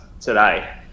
today